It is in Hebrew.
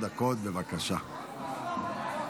לפרוטוקול בלבד: שרון ניר,